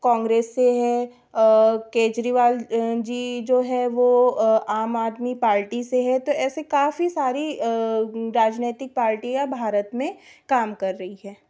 कॉन्ग्रेस से है केजरीवाल जी जो है वह आम आदमी पार्टी से है तो ऐसे काफ़ी सारी राजनीतिक पार्टियाँ भारत में काम कर रही है